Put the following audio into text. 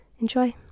Enjoy